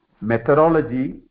methodology